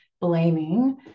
blaming